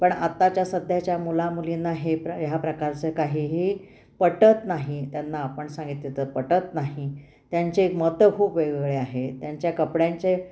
पण आताच्या सध्याच्या मुला मुलींना हे प्र ह्या प्रकारचं काहीही पटत नाही त्यांना आपण सांगितलं तर पटत नाही त्यांचे एक मतं खूप वेगवेगळे आहे त्यांच्या कपड्यांचे